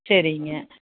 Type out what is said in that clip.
சரிங்க